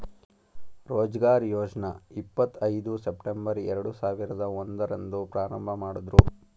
ರೋಜ್ಗಾರ್ ಯೋಜ್ನ ಇಪ್ಪತ್ ಐದು ಸೆಪ್ಟಂಬರ್ ಎರಡು ಸಾವಿರದ ಒಂದು ರಂದು ಪ್ರಾರಂಭಮಾಡುದ್ರು